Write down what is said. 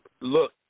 look